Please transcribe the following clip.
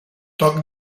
poc